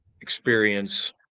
experience